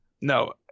No